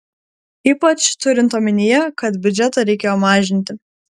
ypač turint omenyje kad biudžetą reikėjo mažinti